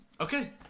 Okay